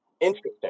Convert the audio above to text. Interesting